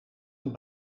een